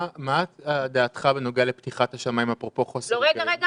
מה דעתך בנוגע לפתיחת השמיים, אפרופו חוסר היגיון?